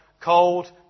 cold